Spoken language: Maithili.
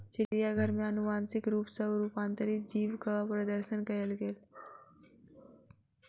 चिड़ियाघर में अनुवांशिक रूप सॅ रूपांतरित जीवक प्रदर्शन कयल गेल